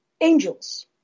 Angels